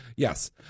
Yes